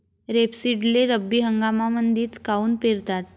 रेपसीडले रब्बी हंगामामंदीच काऊन पेरतात?